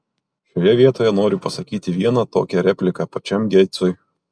šioje vietoje noriu pasakyti vieną tokią repliką pačiam geitsui